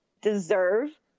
deserve